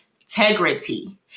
integrity